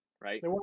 right